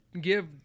give